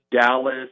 Dallas